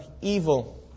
evil